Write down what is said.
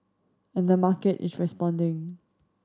and the market is responding